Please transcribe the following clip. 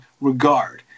regard